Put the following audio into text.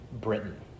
Britain